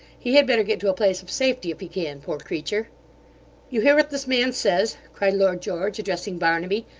he had better get to a place of safety if he can, poor creature you hear what this man says cried lord george, addressing barnaby,